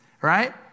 right